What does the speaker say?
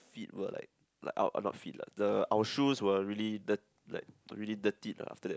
feet were like like uh not feet lah the our shoes were really dir~ like really dirtied ah after that